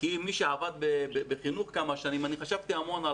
כמי שעבד בחינוך כמה שנים חשבתי המון על